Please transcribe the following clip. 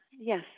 Yes